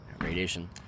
Radiation